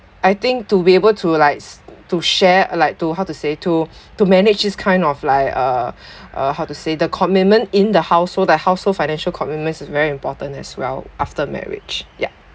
I think to be able to likes to share like to how to say to to manage this kind of like uh uh how to say the commitment in the household the household financial commitments is very important as well after marriage yup